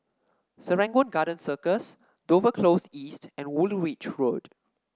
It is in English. Serangoon Garden Circus Dover Close East and Woolwich Road